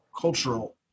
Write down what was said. cultural